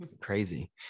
crazy